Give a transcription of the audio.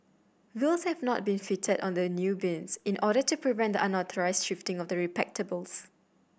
wheels have not been fitted on the new bins in order to prevent the unauthorised shifting of the receptacles